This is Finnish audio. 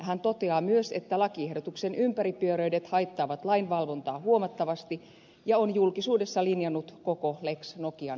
hän toteaa myös että lakiehdotuksen ympäripyöreydet haittaavat lain valvontaa huomattavasti ja on julkisuudessa linjannut koko lex nokian tarpeettomaksi